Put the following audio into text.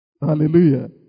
Hallelujah